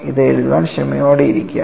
ഇത് എഴുതാൻ ക്ഷമയോടെയിരിക്കുക